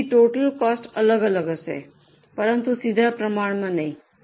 તેથી total cost અલગ અલગ હશે પરંતુ સીધા પ્રમાણમાં નહીં